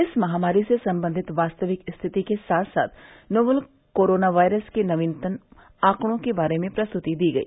इस महामारी से संबंधित वास्तविक स्थिति के साथ साथ नोवल कोरोना वायरस के नवीनतम आंकड़ों के बारे में प्रस्तुति दी गई